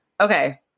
Okay